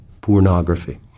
pornography